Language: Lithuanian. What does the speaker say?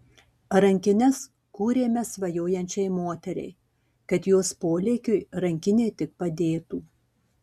rankines kūrėme svajojančiai moteriai kad jos polėkiui rankinė tik padėtų